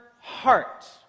heart